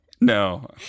no